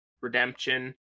redemption